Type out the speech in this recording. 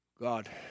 God